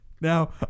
Now